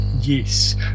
Yes